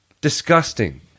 Disgusting